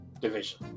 division